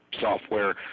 software